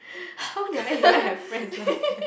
how did I even have friends last time